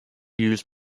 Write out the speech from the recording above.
used